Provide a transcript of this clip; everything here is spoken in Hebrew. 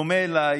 בדומה אליי,